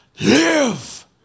live